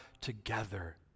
together